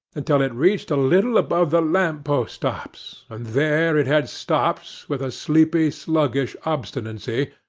until it reached a little above the lamp-post tops and there it had stopped, with a sleepy, sluggish obstinacy,